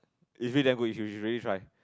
it feels damn good you should really try